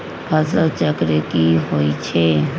फसल चक्र की होई छै?